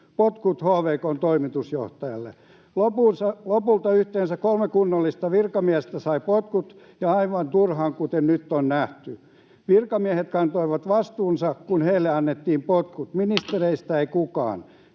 potkut HVK:n toimitusjohtajalle. Lopulta yhteensä kolme kunnollista virkamiestä sai potkut, ja aivan turhaan, kuten nyt on nähty. Virkamiehet kantoivat vastuunsa, kun heille annettiin potkut.